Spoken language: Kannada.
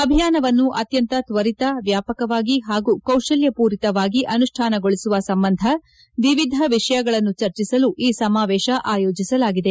ಅಭಿಯಾನವನ್ನು ಅತ್ಯಂತ ಕ್ವರಿತ ವ್ಯಾಪಕವಾಗಿ ಹಾಗೂ ಕೌಶಲ್ಯಮೂರಿತವಾಗಿ ಅನುಷ್ಯಾನಗೊಳಿಸುವ ಸಂಬಂಧ ವಿವಿಧ ವಿಷಯಗಳನ್ನು ಚರ್ಚಿಸಲು ಈ ಸಮಾವೇಶ ಆಯೋಜಿಸಲಾಗಿದೆ